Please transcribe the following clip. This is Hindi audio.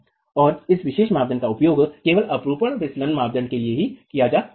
और इस विशेष मानदंड का उपयोग केवल अपरूपण फिसलन मापदंड के लिए किया जा सकता है